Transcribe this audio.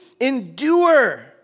endure